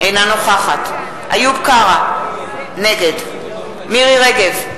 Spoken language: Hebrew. אינה נוכחת איוב קרא, נגד מירי רגב,